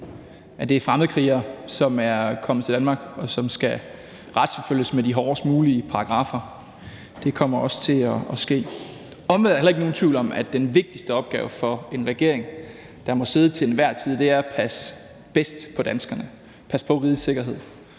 at det er fremmedkrigere, som er kommet til Danmark, og som skal retsforfølges med de hårdest mulige paragraffer. Det kommer også til at ske. Omvendt er der heller ikke nogen tvivl om, at den vigtigste opgave for en regering, der måtte sidde, til enhver tid er at passe bedst på danskerne og passe på rigets sikkerhed.